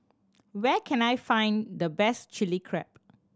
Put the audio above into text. where can I find the best Chili Crab